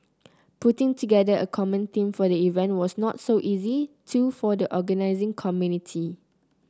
putting together a common theme for the event was not so easy too for the organising committee